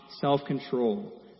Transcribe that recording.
self-control